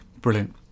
Brilliant